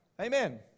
Amen